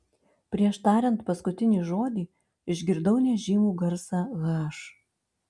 prieš tariant paskutinį žodį išgirdau nežymų garsą h